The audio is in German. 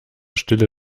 stille